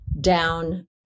down